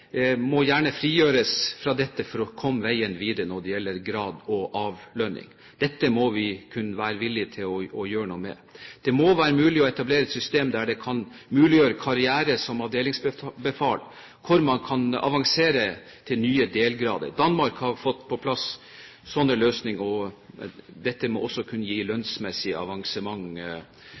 må gjerne frigjøres fra dette for å komme videre når det gjelder grad og avlønning. Dette må vi kunne være villig til å gjøre noe med. Det må være mulig å etablere et system som muliggjør en karriere som avdelingsbefal, hvor man kan avansere til nye delgrader. Danmark har fått på plass en sånn løsning, og dette må også kunne gi lønnsmessige avansement